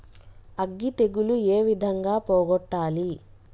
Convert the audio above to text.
అగ్గి తెగులు ఏ విధంగా పోగొట్టాలి?